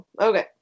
Okay